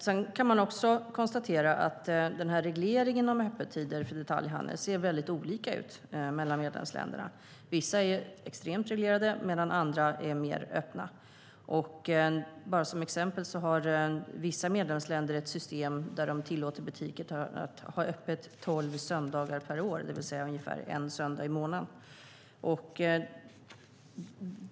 Sedan kan man också konstatera att regleringen av öppettider för detaljhandeln ser väldigt olika ut mellan medlemsländerna; i vissa är tiderna extremt reglerade medan de är mer öppna i andra. Bara som exempel har vissa medlemsländer ett system där de tillåter butiker att ha öppet tolv söndagar per år, det vill säga ungefär en söndag i månaden.